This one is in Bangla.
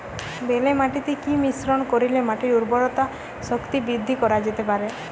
বেলে মাটিতে কি মিশ্রণ করিলে মাটির উর্বরতা শক্তি বৃদ্ধি করা যেতে পারে?